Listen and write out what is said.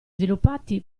sviluppati